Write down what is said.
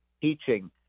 teaching